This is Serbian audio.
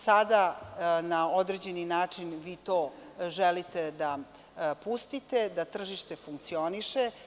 Sada na određeni način vi to želite da pustite da tržište funkcioniše.